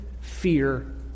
fear